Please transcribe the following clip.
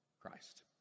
christ